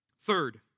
Third